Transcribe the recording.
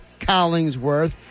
Collingsworth